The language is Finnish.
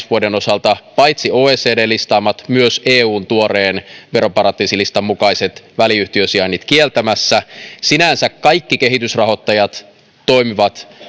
vuoden osalta paitsi oecdn listaamat myös eun tuoreen veroparatiisilistan mukaiset väliyhtiösijainnit kieltämässä sinänsä kaikki kehitysrahoittajat toimivat